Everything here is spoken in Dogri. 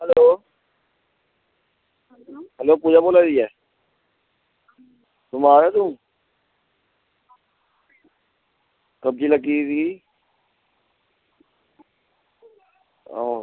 हैल्लो पूज़ा बोल्ला दी ऐ बमार ऐं तूं कब्जी लग्गी दी हां